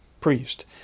priest